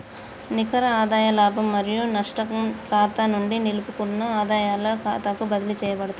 నికర ఆదాయ లాభం మరియు నష్టం ఖాతా నుండి నిలుపుకున్న ఆదాయాల ఖాతాకు బదిలీ చేయబడతాంది